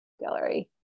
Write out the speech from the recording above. Gallery